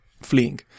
fleeing